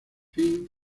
finn